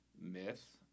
myth